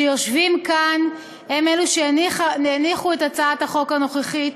שיושבים כאן, הם אלה שהניחו את הצעת החוק הנוכחית,